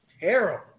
terrible